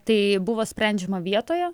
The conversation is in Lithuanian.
tai buvo sprendžiama vietoje